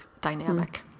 dynamic